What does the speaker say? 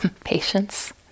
patience